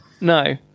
No